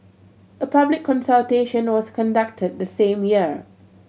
a public consultation was conducted the same year